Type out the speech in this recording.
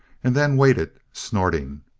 and then waited, snorting.